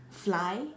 fly